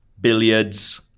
billiards